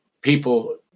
people